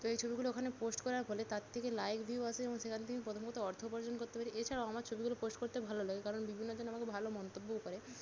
তো এই ছবিগুলো ওখানে পোস্ট করার ফলে তার থেকে লাইক ভিউ আসে আমি সেখান থেকে প্রথমত অর্থ উপার্জন করতে পারি এছাড়াও আমার ছবিগুলো পোস্ট করতে ভালো লাগে কারণ বিভিন্ন জন আমাকে ভালো মন্তব্যও করে